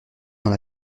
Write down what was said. dans